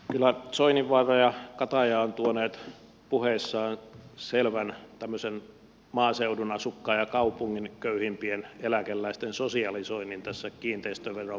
kyllä soininvaara ja kataja ovat tuoneet puheissaan selvän tämmöisen maaseudun asukkaan ja kaupungin köyhimpien eläkeläisten sosialisoinnin tässä kiinteistöveron muodossa